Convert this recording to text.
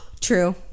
True